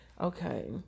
okay